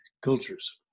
cultures